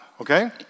Okay